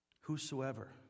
Whosoever